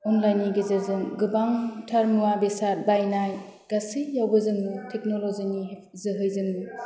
अनलाइननि गेजेरजों गोबांथार मुवा बेसाद बायनाय गासैखौबो जोङो टेक्नल'जिनि जोहै जोङो